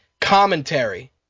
commentary